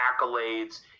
accolades